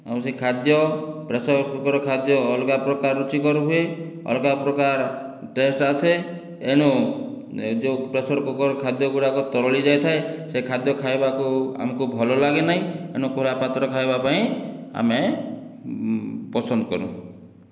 ଆଉ ସେ ଖାଦ୍ୟ ପ୍ରେସରକୁକର୍ ଖାଦ୍ୟ ଅଲଗା ପ୍ରକାର ରୁଚିକର ହୁଏ ଅଲଗା ପ୍ରକାର ଟେଷ୍ଟ ଆସେ ଏଣୁ ଯେଉଁ ପ୍ରେସରକୁକର୍ ଖାଦ୍ୟ ଗୁଡ଼ାକ ତରଳି ଯାଇଥାଏ ସେ ଖାଦ୍ୟ ଖାଇବାକୁ ଆମକୁ ଭଲ ଲାଗେ ନାହିଁ ଏଣୁ ଖୋଲା ପାତ୍ର ଖାଇବା ପାଇଁ ଆମେ ପସନ୍ଦ କରୁ